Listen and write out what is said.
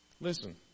listen